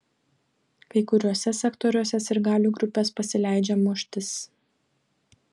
kai kuriuose sektoriuose sirgalių grupės pasileidžia muštis